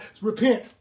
Repent